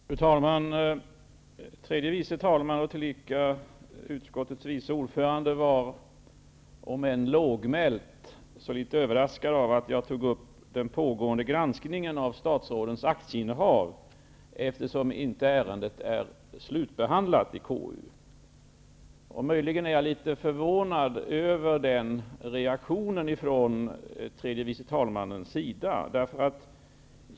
Fru talman! Tredje vice talman och till lika utskottets vice ordförande var, om än lågmält, litet överraskad över att jag tog upp den pågående granskningen av statsrådens aktieinnehav, eftersom ärendet inte är slutbehandlat i KU. Jag är möjligen något förvånad över den reaktionen från tredje vice talman.